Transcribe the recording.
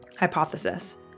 Hypothesis